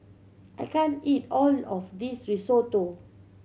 I can't eat all of this Risotto